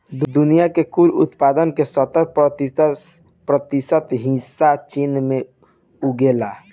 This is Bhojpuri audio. दुनिया के कुल उत्पादन के सत्तर प्रतिशत हिस्सा चीन में उगेला